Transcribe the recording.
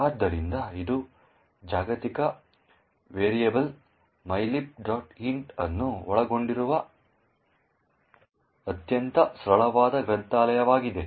ಆದ್ದರಿಂದ ಇದು ಜಾಗತಿಕ ವೇರಿಯಬಲ್ mylib int ಅನ್ನು ಒಳಗೊಂಡಿರುವ ಅತ್ಯಂತ ಸರಳವಾದ ಗ್ರಂಥಾಲಯವಾಗಿದೆ